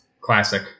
Classic